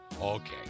Okay